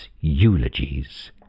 eulogies